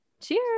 cheers